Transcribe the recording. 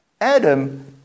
Adam